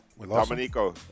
Dominico